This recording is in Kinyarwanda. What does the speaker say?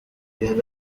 yari